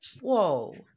whoa